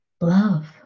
love